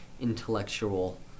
intellectual